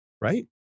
Right